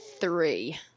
three